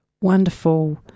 wonderful